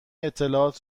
اطلاعات